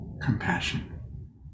compassion